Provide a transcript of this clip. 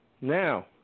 now